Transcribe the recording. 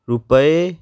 ਰੁਪਏ